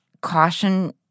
caution